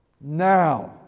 Now